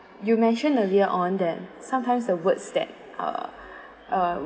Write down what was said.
you mentioned earlier on then sometimes the words that uh uh